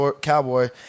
Cowboy